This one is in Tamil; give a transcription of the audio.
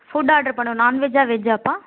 ஃபுட் ஆர்ட்ரு பண்ணணும் நான்வெஜ்ஜா வெஜ்ஜாப்பா